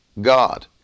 God